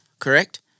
Correct